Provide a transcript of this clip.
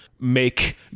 make